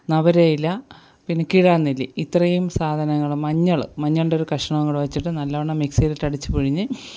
നവരയില പിന്നെ കീഴാർനെല്ലി ഇത്രയും സാധനങ്ങൾ മഞ്ഞൾ മഞ്ഞളിൻ്റെ ഒരു കഷണവും കൂടെ വെച്ചിട്ട് നല്ലവണ്ണം മിക്സിയിലിട്ട് അടിച്ച് പിഴിഞ്ഞ്